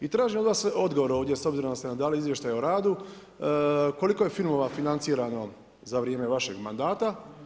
I tražim od vas odgovor ovdje, s obzirom da ste nam dali izvještaj o radu, koliko je filmova financirano za vrijeme vašeg mandata?